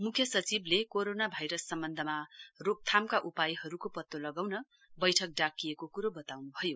मुख्य सचिवले corona virus सम्वन्धमा रोकथामका उपायहरुको पत्तो लगाउन वैठक डाकिएको कुरो बताउनुभयो